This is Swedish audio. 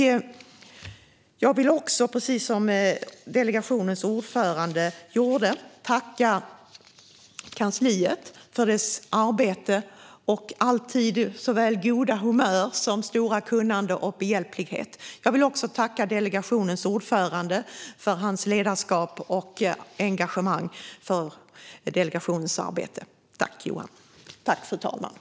Jag vill precis som delegationens ordförande gjorde tacka kansliet för dess arbete och alltid såväl goda humör som stora kunnande och behjälplighet. Jag vill också tacka delegationens ordförande för hans ledarskap och engagemang för delegationens arbete. Tack, Johan Büser!